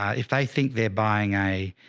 ah if they think they're buying a,